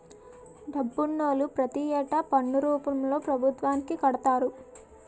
డబ్బునోళ్లు ప్రతి ఏటా పన్ను రూపంలో పభుత్వానికి కడతారు